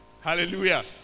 Hallelujah